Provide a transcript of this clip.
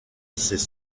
ses